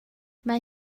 mae